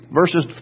verses